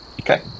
Okay